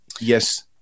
Yes